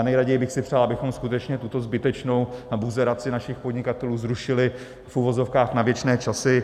Nejraději bych si přál, abychom skutečně tuto zbytečnou buzeraci našich podnikatelů zrušili v uvozovkách na věčné časy.